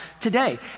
today